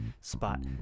spot